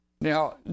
Now